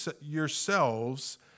yourselves